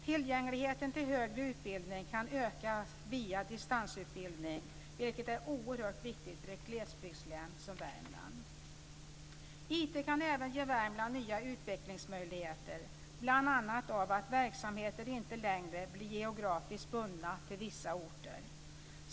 Tillgängligheten till högre utbildning kan öka via distansutbildningen, vilket är oerhört viktigt för ett glesbygdslän som Värmland. IT kan även ge Värmland nya utvecklingsmöjligheter bl.a. genom att verksamheter inte längre blir geografiskt bundna till vissa orter.